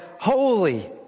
holy